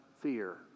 fear